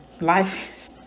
life